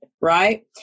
Right